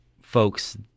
folks